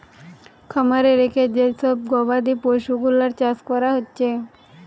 খামারে রেখে যে সব গবাদি পশুগুলার চাষ কোরা হচ্ছে